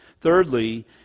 Thirdly